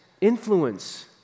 influence